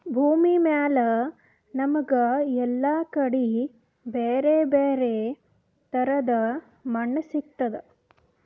ಭೂಮಿಮ್ಯಾಲ್ ನಮ್ಗ್ ಎಲ್ಲಾ ಕಡಿ ಬ್ಯಾರೆ ಬ್ಯಾರೆ ತರದ್ ಮಣ್ಣ್ ಸಿಗ್ತದ್